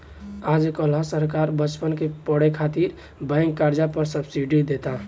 आज काल्ह सरकार बच्चन के पढ़े खातिर बैंक कर्जा पर सब्सिडी देता